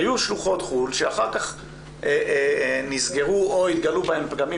היו שלוחות חו"ל שאחר כך נסגרו או התגלו בהן פגמים